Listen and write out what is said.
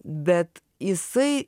bet jisai